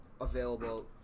available